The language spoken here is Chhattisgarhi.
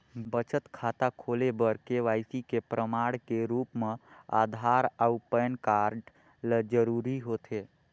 बचत खाता खोले बर के.वाइ.सी के प्रमाण के रूप म आधार अऊ पैन कार्ड ल जरूरी होथे